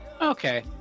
Okay